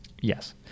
yes